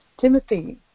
Timothy